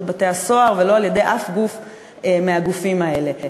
בתי-הסוהר ולא על-ידי אף גוף מהגופים האלה.